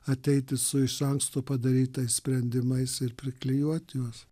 ateiti su iš anksto padarytais sprendimais ir priklijuoti juos